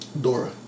Dora